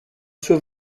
zur